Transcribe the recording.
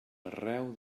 arreu